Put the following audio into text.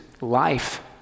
life